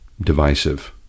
divisive